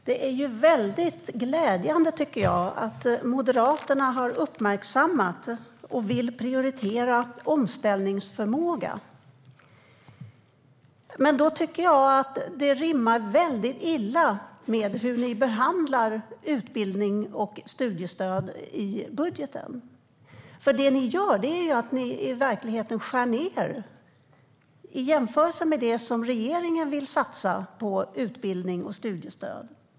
Herr talman! Det är väldigt glädjande att Moderaterna har uppmärksammat och vill prioritera omställningsförmågan. Men jag tycker att det rimmar väldigt illa med hur ni behandlar utbildning och studiestöd i budgeten. Det ni gör i verkligheten är ju att ni skär ned i jämförelse med det som regeringen vill satsa på utbildning och studiestöd.